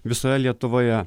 visoje lietuvoje